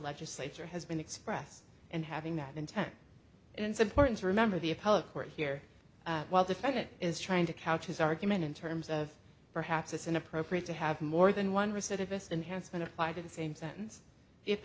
legislature has been expressed and having that intent and it's important to remember the appellate court here while defendant is trying to couch his argument in terms of perhaps it's inappropriate to have more than one recidivist enhancement applied in the same sentence i